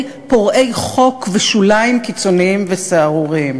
פורעי חוק ושוליים קיצוניים וסהרוריים.